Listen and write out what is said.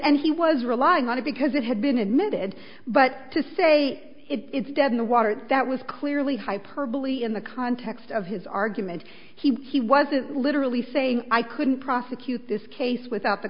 and he was relying on it because it had been admitted but to say it's dead in the water that was clearly hyperbole in the context of his argument he he wasn't literally saying i couldn't prosecute this case without the